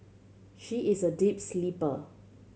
she is a deep sleeper